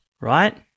right